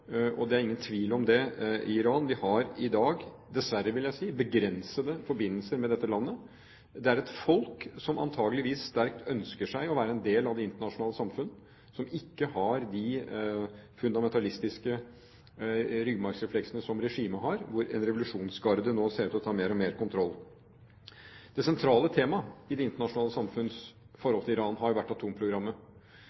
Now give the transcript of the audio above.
det er ingen tvil om det i Iran. Vi har i dag – dessverre, vil jeg si – begrensede forbindelser med dette landet. Det er et folk som antakeligvis sterkt ønsker å være en del av det internasjonale samfunn, et folk som ikke har de fundamentalistiske ryggmargsrefleksene som regimet har, hvor en revolusjonsgarde nå ser ut til å ta mer og mer kontroll. Det sentrale temaet i det internasjonale samfunns